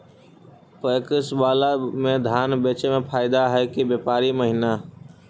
PACS बाला में धान बेचे मे फायदा है कि व्यापारी महिना?